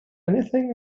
anything